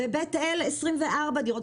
בבית אל 24 דירות,